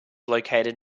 located